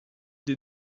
des